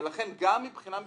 ולכן גם מבחינה משפטית,